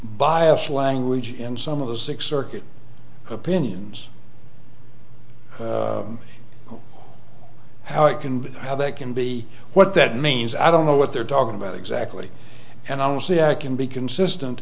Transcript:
bias language in some of the six circuit opinions how it can how that can be what that means i don't know what they're talking about exactly and i don't see i can be consistent